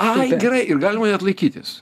ai gerai ir galima net laikytis